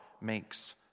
makes